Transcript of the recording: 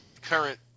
Current